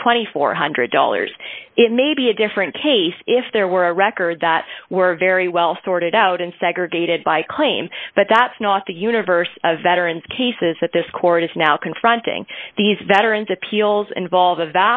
thousand four hundred dollars it may be a different case if there were a record that were very well sorted out and segregated by claim but that's not the universe of veterans cases that this court is now confronting these veterans appeals involve